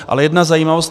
Ale jedna zajímavost.